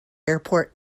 airport